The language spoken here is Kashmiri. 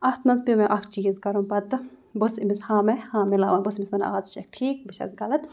اَتھ منٛز پیوٚ مےٚ اَکھ چیٖز کَرُن پَتہٕ بہٕ ٲسٕس أمِس ہاں میں ہاں مِلاوان بہٕ ٲسٕس تٔمِس وَنان آ ژٕ چھَکھ ٹھیٖک بہٕ چھَس غلط